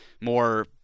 more